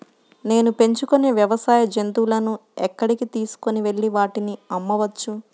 నేను పెంచుకొనే వ్యవసాయ జంతువులను ఎక్కడికి తీసుకొనివెళ్ళి వాటిని అమ్మవచ్చు?